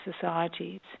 societies